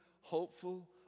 hopeful